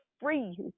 free